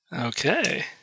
okay